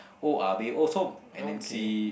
oya-beh-ya-som and then see